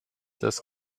das